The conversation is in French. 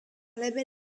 label